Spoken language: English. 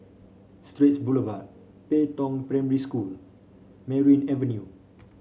Straits Boulevard Pei Tong Primary School Merryn Avenue